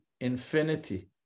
infinity